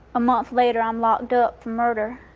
a month later, i'm locked up for murder.